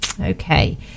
Okay